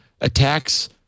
attacks